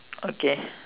okay